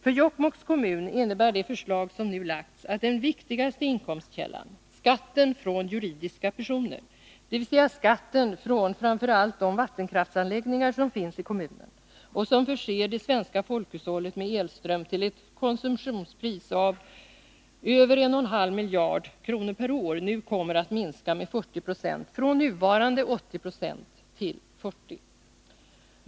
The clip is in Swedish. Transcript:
För Jokkmokks kommun innebär det förslag som nu har lagts fram att den viktigaste inkomstkällan, skatten från juridiska personer, dvs. skatten från framför allt de vattenkraftsanläggningar som finns i kommunen och som förser det svenska folkhushållet med elström till ett konsumtionspris av över 1,5 miljarder kronor per år, nu kommer att minska med 40 96, från nuvarande 80 96 till 40 96.